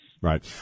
Right